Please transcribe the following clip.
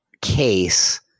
case